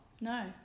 No